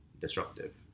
disruptive